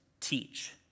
teach